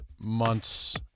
months